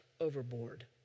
overboard